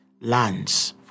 lands